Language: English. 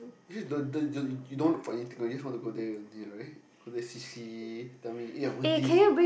okay the the the you don't want to buy anything right you just want to go there only right go there see see tell me eh I want this